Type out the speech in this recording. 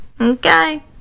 Okay